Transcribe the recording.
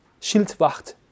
Schildwacht